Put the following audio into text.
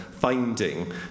finding